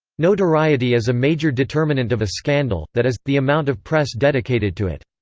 notoriety is a major determinant of a scandal, that is, the amount of press dedicated to it.